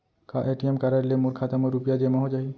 का ATM card ले मोर खाता म रुपिया जेमा हो जाही?